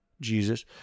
jesus